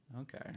Okay